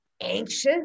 anxious